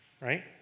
right